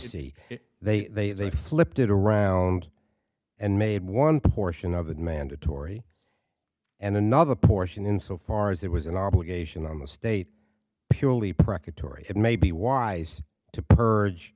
see they they flipped it around and made one portion of it mandatory and another portion in so far as it was an obligation on the state purely private tory it may be wise to purge